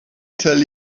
tell